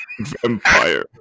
Vampire